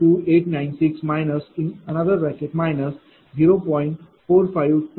951207 p